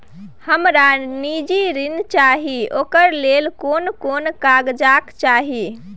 हमरा निजी ऋण चाही ओकरा ले कोन कोन कागजात चाही?